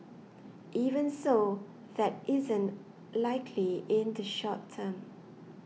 even so that isn't likely in the short term